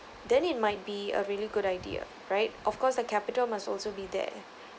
then it might be a really good idea right of course a capital must also be there